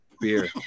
beer